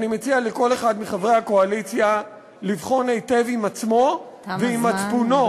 אני מציע לכל אחד מחברי הקואליציה לבחון היטב עם עצמו ועם מצפונו,